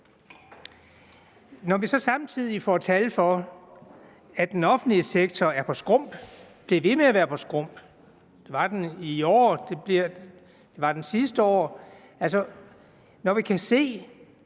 Når vi så samtidig får tal for, at den offentlige sektor er på skrump og bliver ved med at være på skrump – det var den jo i år, og det var den sidste år – når vi altså